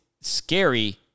scary